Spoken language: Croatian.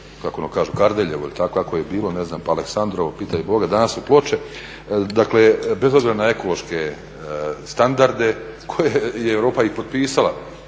kako ono kažu Kardeljevo ili kako je bilo pa Aleksandrov pitaj Boga, danas su Ploče. Dakle bez obzira na ekološke standarde koje je Europa i potpisala